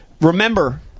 Remember